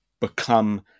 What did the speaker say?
become